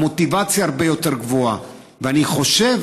המוטיבציה הרבה יותר גבוהה ואני חושב